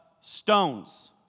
stones